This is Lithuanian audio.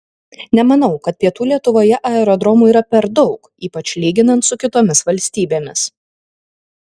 nemanau kad pietų lietuvoje aerodromų yra per daug ypač lyginant su kitomis valstybėmis